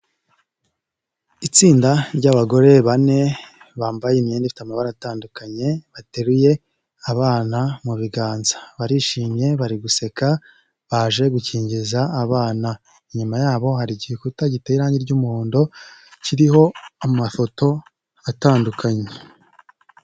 Itsinda ry'abagore bane bambaye imyenda ifite amabara atandukanye bateruye abana mu biganza, barishimye bari guseka baje gukingiza abana, inyuma yabo hari igikuta giteye irange ry'umuhondo kiriho amafoto atandukanye.